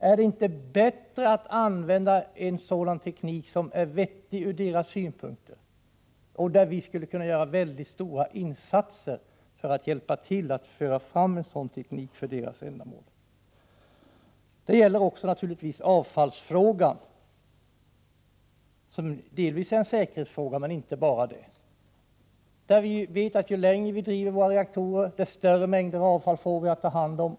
Är det inte bättre att använda en sådan teknik som är vettig från u-ländernas synpunkt? Vi skulle kunna göra väldigt stora insatser för att hjälpa till med att skapa en sådan teknik. Ett särskilt problem är naturligtvis också avfallsfrågan, som delvis är en säkerhetsfråga men inte enbart. Ju längre vi driver våra reaktorer, desto större mängder avfall får vi att ta hand om.